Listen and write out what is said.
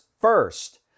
first